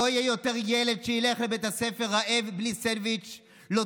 לא יהיה יותר ילד שילך לבית הספר רעב בלי סנדוויץ'; לא